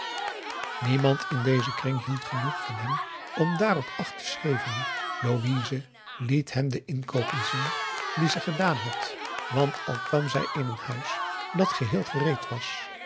niemand in dezen kring hield genoeg van hem om dààrop acht te geven louise liet hem de inkoopen zien die ze gedaan had want al kwam zij in een huis dat geheel gereed was